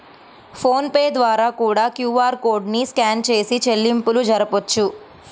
phone pay ద్వారా కూడా QR code ని స్కాన్ చేసి చెల్లింపులు జరపొచ్చు